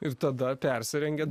ir tada persirengiat